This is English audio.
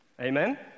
Amen